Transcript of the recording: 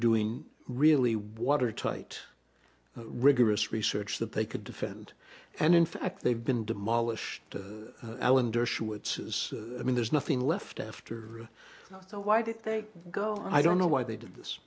doing really watertight rigorous research that they could defend and in fact they've been demolished and alan dershowitz says i mean there's nothing left after the why did they go i don't know why they did this